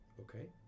Okay